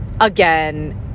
again